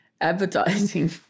advertising